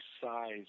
size